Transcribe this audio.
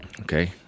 Okay